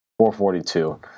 442